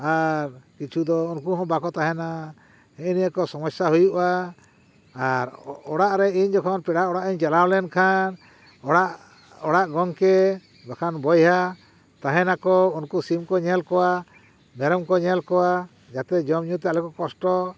ᱟᱨ ᱠᱤᱪᱷᱩ ᱫᱚ ᱩᱱᱠᱩ ᱦᱚᱸ ᱵᱟᱠᱚ ᱛᱟᱦᱮᱱᱟ ᱱᱮᱜ ᱮ ᱱᱤᱭᱟᱹ ᱠᱚ ᱥᱚᱢᱚᱥᱥᱟ ᱦᱩᱭᱩᱜᱼᱟ ᱟᱨ ᱚᱲᱟᱜ ᱨᱮ ᱤᱧ ᱡᱚᱠᱷᱚᱱ ᱯᱮᱲᱟ ᱚᱲᱟᱜ ᱤᱧ ᱪᱟᱞᱟᱣ ᱞᱮᱱᱠᱷᱟᱱ ᱚᱲᱟᱜ ᱚᱲᱟᱜ ᱜᱚᱢᱠᱮ ᱵᱟᱠᱷᱟᱱ ᱵᱚᱭᱦᱟ ᱛᱟᱦᱮᱱᱟ ᱠᱚ ᱩᱱᱠᱩ ᱥᱤᱢ ᱠᱚ ᱧᱮᱞ ᱠᱚᱣᱟ ᱢᱮᱨᱚᱢ ᱠᱚ ᱧᱮᱞ ᱠᱚᱣᱟ ᱡᱟᱛᱮ ᱡᱚᱢ ᱧᱩᱛᱮ ᱟᱞᱚᱠᱚ ᱠᱚᱥᱴᱚᱜ